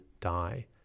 die